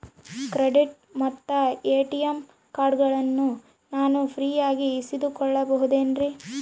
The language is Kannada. ಕ್ರೆಡಿಟ್ ಮತ್ತ ಎ.ಟಿ.ಎಂ ಕಾರ್ಡಗಳನ್ನ ನಾನು ಫ್ರೇಯಾಗಿ ಇಸಿದುಕೊಳ್ಳಬಹುದೇನ್ರಿ?